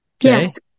Yes